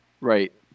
Right